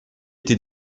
tes